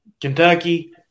Kentucky